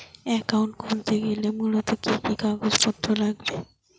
Account খুলতে গেলে মূলত কি কি কাগজপত্র লাগে?